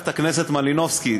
חברת הכנסת מלינובסקי,